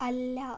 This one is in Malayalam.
അല്ല